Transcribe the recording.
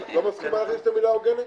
המילה הוגנת?